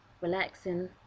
relaxing